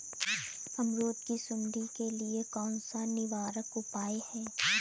अमरूद की सुंडी के लिए कौन सा निवारक उपाय है?